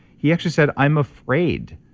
he actually said, i'm afraid.